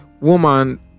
woman